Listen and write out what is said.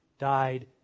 died